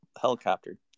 helicopter